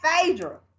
Phaedra